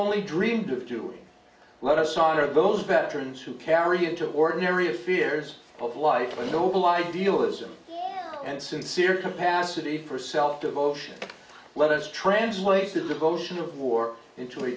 only dreamed of doing let us honor those veterans who carry into ordinary fears of life a noble idealism and sincere capacity for self devotion let us translate the devotion of war into a